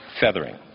feathering